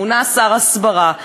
מונה שר הסברה,